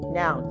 now